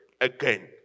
again